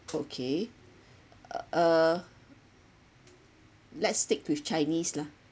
okay uh let's stick with chinese lah